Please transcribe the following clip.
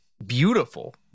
beautiful